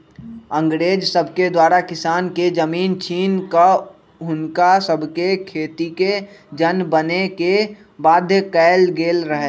अंग्रेज सभके द्वारा किसान के जमीन छीन कऽ हुनका सभके खेतिके जन बने के बाध्य कएल गेल रहै